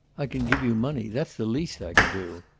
i can give you money that's the least i can do.